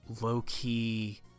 low-key